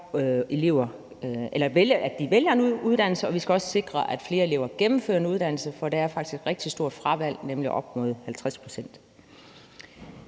at flere vælger en uddannelse, og vi skal også sikre, at flere elever gennemfører en uddannelse, for der er faktisk et rigtig stort frafald, nemlig op mod 50 pct.